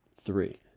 three